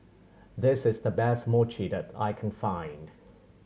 this is the best Mochi that I can find